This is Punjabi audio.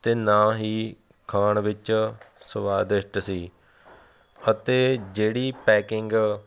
ਅਤੇ ਨਾ ਹੀ ਖਾਣ ਵਿੱਚ ਸਵਾਦਿਸ਼ਟ ਸੀ ਅਤੇ ਜਿਹੜੀ ਪੈਕਿੰਗ